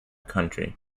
country